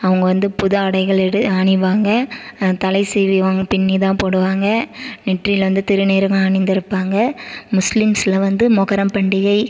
அவங்க வந்து புது ஆடைகள் அணிவாங்க தலை சீவுவாங்க பின்னி தான் போடுவாங்க நெற்றியில் வந்து திருநீரும் அணிந்திருப்பாங்க முஸ்லிம்ஸ்லாம் வந்து முஹர்ரம் பண்டிகை